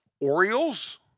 Orioles